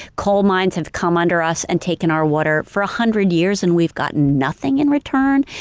coal mines have come under us and taken our water for a hundred years and we've gotten nothing in return.